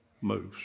moves